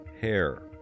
hair